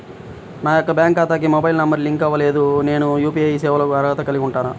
నా యొక్క బ్యాంక్ ఖాతాకి మొబైల్ నంబర్ లింక్ అవ్వలేదు నేను యూ.పీ.ఐ సేవలకు అర్హత కలిగి ఉంటానా?